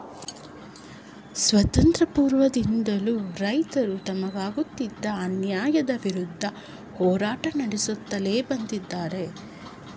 ಸ್ವಾತಂತ್ರ್ಯ ಪೂರ್ವದಿಂದಲೂ ರೈತರು ತಮಗಾಗುತ್ತಿದ್ದ ಅನ್ಯಾಯದ ವಿರುದ್ಧ ಹೋರಾಟ ನಡೆಸುತ್ಲೇ ಬಂದಿದ್ದಾರೆ